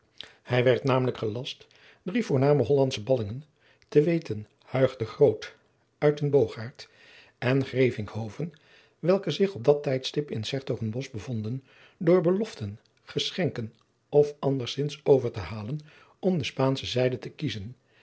hij werd namelijk gelast drie voorname hollandsche ballingen te weten huig de groot uytenbogaert en grevinkhoven welke zich op dat tijdstip in s hertogenbosch bevonden door beloften geschenken of andersints over te halen om de spaansche zijde te kiezen